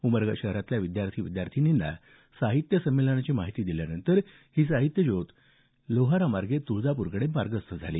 उमरगा शहरातल्या विद्यार्थी विद्यार्थिनींना साहित्य संमेलनाची माहिती दिल्यानंतर ही साहित्य ज्योत यात्रा लोहारा मार्गे तुळजापूरकडे मार्गस्थ झाली